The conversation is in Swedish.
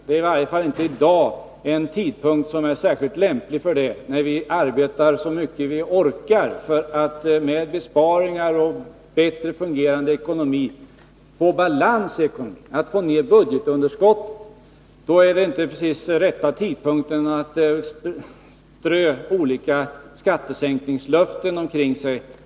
Det är i varje fall inte särskilt lämpligt i dag, när vi arbetar så mycket vi orkar för att med besparingar och på annat sätt få balans i ekonomin och tvinga ner budgetunderskottet. Då är det inte precis rätta tidpunkten att strö olika skattesänkningslöften omkring sig.